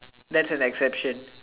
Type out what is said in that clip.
that's an exception